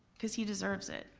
cause he deserves it.